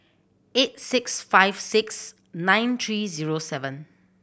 eight six five six nine three zero seven